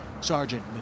Sergeant